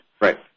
Right